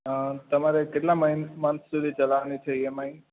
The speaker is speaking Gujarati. તમારું એક કેટલા મન્થ મન્થ સુધી ચલાવાની છે ઈએમઆઈ